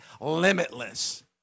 Limitless